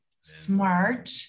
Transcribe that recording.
smart